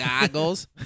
goggles